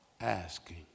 Asking